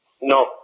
No